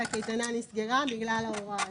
והקייטנה נסגרה בגלל ההוראה הזאת.